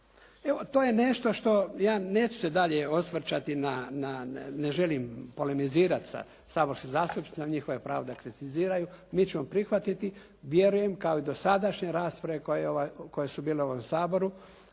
Evo to je nešto. Ja neću se dalje osvrtati na, ne želim polemizirati sa saborskim zastupnicima. Njihovo je pravo da kritiziraju. Mi ćemo prihvatiti, vjerujem kao i do sadašnje rasprave koje su bile u ovom Saboru,